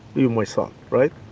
you're my son, right?